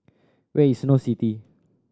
where is Snow City